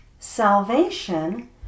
salvation